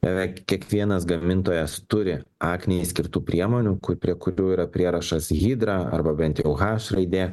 beveik kiekvienas gamintojas turi aknei skirtų priemonių kur prie kurių yra prierašas hidra arba bent jau haš raidė